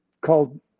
called